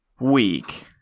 week